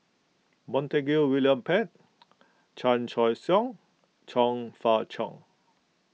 Montague William Pett Chan Choy Siong Chong Fah Cheong